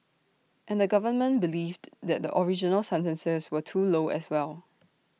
and the government believed that the original sentences were too low as well